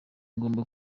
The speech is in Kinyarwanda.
ngomba